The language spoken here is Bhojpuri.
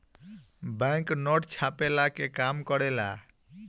बैंक नोट छ्पला के काम करेला